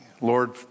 Lord